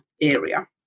area